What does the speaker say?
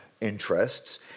interests